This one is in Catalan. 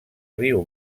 riu